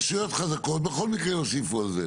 רשויות חזקות בכל מקרה יוסיפו על זה?